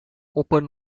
open